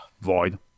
Void